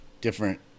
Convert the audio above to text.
different